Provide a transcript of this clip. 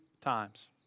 times